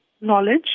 knowledge